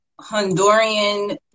Honduran